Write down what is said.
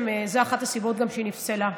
זאת אחת הסיבות שהיא נפסלה.